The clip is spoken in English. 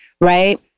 right